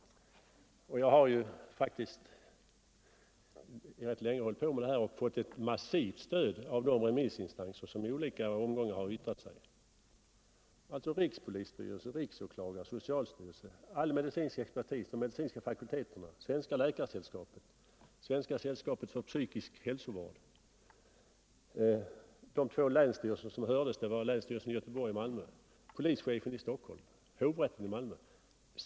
Jag har faktiskt hållit på att driva denna fråga rätt länge och fått ett massivt stöd av de remissinstanser som i olika omgångar har yttrat sig — rikspolisstyrelsen, riksåklagaren, socialstyrelsen, all medicinsk exepertis, de medicinska fakulteterna, Svenska läkaresällskapet, Svenska sällskapet för psykisk hälsovård, de två länsstyrelser som hördes — det var länsstyrelserna i Göteborg och Malmö — polischefen i Stockholm och hovrätten i Malmö.